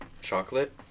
chocolate